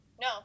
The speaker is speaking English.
no